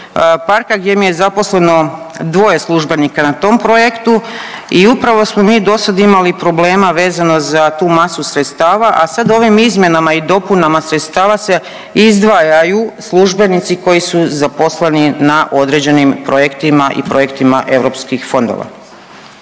parka gdje mi je zaposleno dvoje službenika na tom projektu i upravo smo mi dosad imali problema vezano za tu masu sredstava, a sad ovim izmjenama i dopunama sredstava se izdvajaju službenici koji su zaposleni na određenim projektima i projektima europskih fondova.